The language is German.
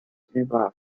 über